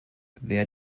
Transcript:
wer